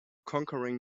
conquering